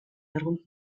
nero